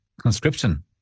conscription